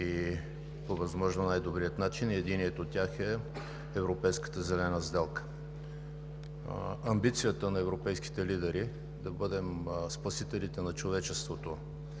и по възможно най-добрия начин. Единият от тях е Европейската зелена сделка. Амбицията на европейските лидери да бъдем спасителите на човечеството